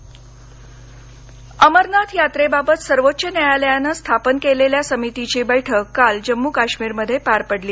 अमरनाथ यात्रा अमरनाथ यात्रेबाबत सर्वोच्च न्यायालयानं स्थापन केलेल्या समितीची बैठक काल जम्मू काश्मीरमध्ये पार पडली